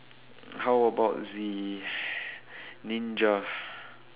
how about the ninja